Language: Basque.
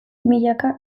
milaka